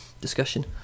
discussion